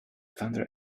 thunder